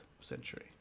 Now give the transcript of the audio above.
century